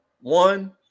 One –